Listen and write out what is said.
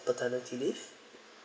paternity leave